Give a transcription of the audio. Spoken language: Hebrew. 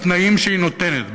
בתנאים שהיא נותנת,